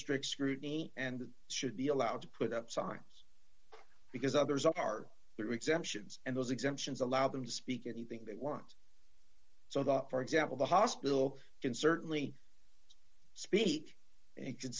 strict scrutiny and should be allowed to put up signs because others are there exemptions and those exemptions allow them to speak anything they want so the for example the hospital can certainly speak and can